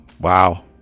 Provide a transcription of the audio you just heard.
Wow